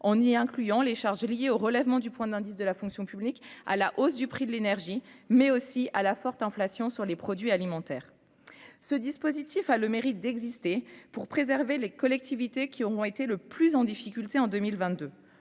en y incluant les charges liées au relèvement du point d'indice de la fonction publique à la hausse du prix de l'énergie mais aussi à la forte inflation sur les produits alimentaires, ce dispositif a le mérite d'exister, pour préserver les collectivités qui auront été le plus en difficulté en 2022